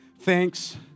Thanks